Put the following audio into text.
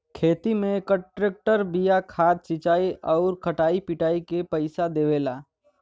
खेती में कांट्रेक्टर बिया खाद सिंचाई आउर कटाई पिटाई के पइसा देवला